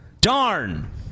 Darn